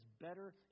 Better